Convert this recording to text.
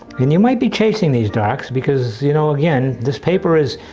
and you might be chasing these darks, because you know again, this paper it's